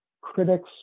critics